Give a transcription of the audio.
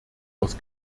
aus